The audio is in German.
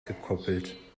gekoppelt